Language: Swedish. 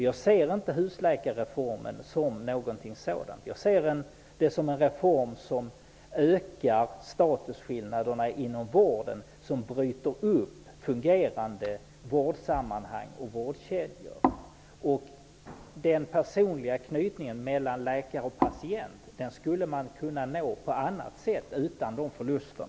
Jag ser inte husläkarreformen som något sådant. Jag ser den som en reform som ökar statusskillnaderna inom vården. Den bryter upp fungerande vårdsammanhang och vårdkedjor. Den personliga knytningen mellan läkare och patient skulle man kunna nå på annat sätt utan dessa förluster.